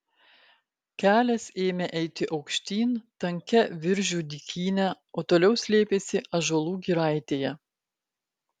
kelias ėmė eiti aukštyn tankia viržių dykyne o toliau slėpėsi ąžuolų giraitėje